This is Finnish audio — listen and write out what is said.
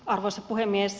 arvoisa puhemies